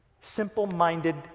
simple-minded